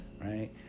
right